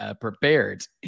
prepared